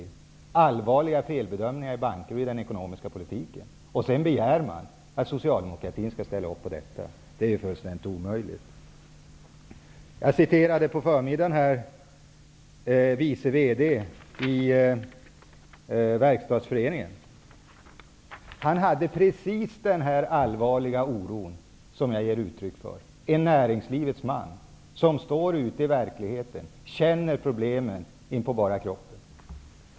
Det görs allvarliga felbedömningar i bankerna och i den ekonomiska politiken, och sedan begär man att Socialdemokratin skall ställa upp på detta. Det är ju fullständigt omöjligt. Jag citerade på förmiddagen vice VD i Verkstadsföreningen. Han känner precis den allvarliga oro som jag ger uttryck för -- en näringslivets man som står ute i verkligheten och känner problemen in på bara kroppen.